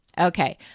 Okay